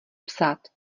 psát